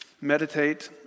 meditate